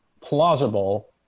plausible